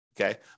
okay